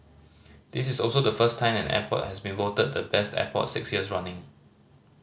this is also the first time an airport has been voted the Best Airport six years running